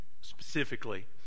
specifically